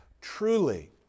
Truly